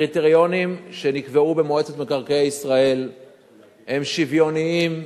הקריטריונים שנקבעו במועצת מקרקעי ישראל הם שוויוניים,